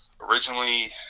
originally